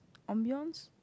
ambience